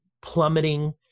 plummeting